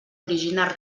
originar